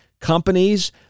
companies